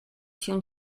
się